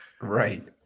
right